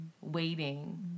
waiting